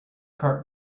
cart